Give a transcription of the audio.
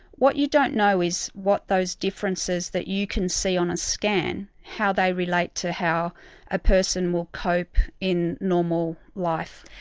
what you don't know is what those differences that you can see on a scan, how they relate to how a person will cope in normal life.